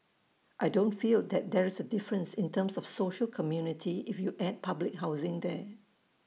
I don't feel that there's A difference in terms of social community if you add public housing there